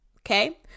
okay